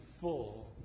full